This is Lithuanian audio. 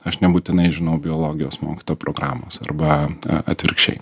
aš nebūtinai žinau biologijos mokytojo programos arba atvirkščiai